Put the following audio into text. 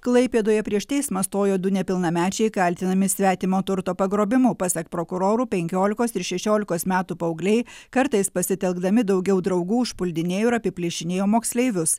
klaipėdoje prieš teismą stojo du nepilnamečiai kaltinami svetimo turto pagrobimu pasak prokurorų penkiolikos ir šešiolikos metų paaugliai kartais pasitelkdami daugiau draugų užpuldinėjo ir apiplėšinėjo moksleivius